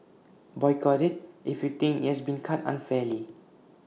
boycott IT if you think IT has been cut unfairly